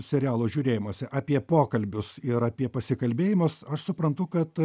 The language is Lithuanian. serialų žiūrėjimuose apie pokalbius ir apie pasikalbėjimus aš suprantu kad